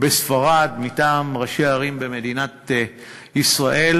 בספרד מטעם ראשי הערים במדינת ישראל,